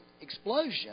explosion